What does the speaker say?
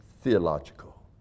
theological